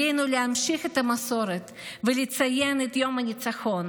עלינו להמשיך את המסורת ולציין את יום הניצחון,